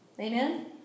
Amen